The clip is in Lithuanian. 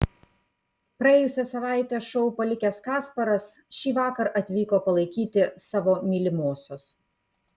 praėjusią savaitę šou palikęs kasparas šįvakar atvyko palaikyti savo mylimosios